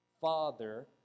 father